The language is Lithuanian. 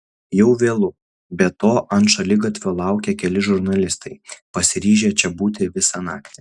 jau vėlu be to ant šaligatvio laukia keli žurnalistai pasiryžę čia būti visą naktį